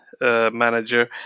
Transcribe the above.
manager